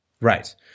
Right